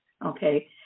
Okay